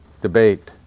debate